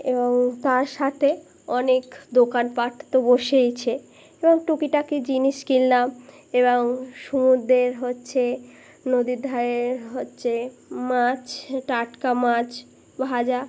এবং তার সাথে অনেক দোকানপট তো বসেইছে এবং টুকিটাকি জিনিস কিনলাম এবং সমুদ্রের হচ্ছে নদীর ধারের হচ্ছে মাছ টাটকা মাছ ভাজা